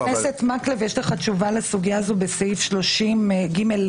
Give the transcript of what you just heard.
עצם האפשרות להודיע על המען מאפשרת את כל הדרכים הטכנולוגיות.